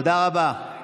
תודה רבה.